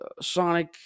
Sonic